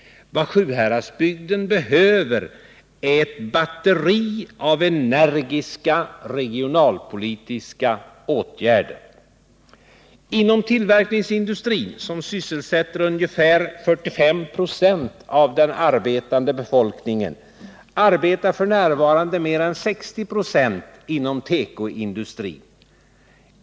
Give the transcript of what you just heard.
Vad Sjuhäradsbygden behöver är ett batteri av energiska regionalpolitiska åtgärder. Inom tillverkningsindustrin, som sysselsätter ungefär 45 96 av den arbetande befolkningen, arbetar fortfarande mer än 60 926 i tekoindustrin.